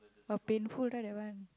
but painful right that one